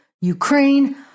Ukraine